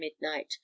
midnight